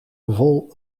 vol